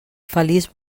feliç